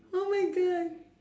oh my god